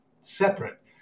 separate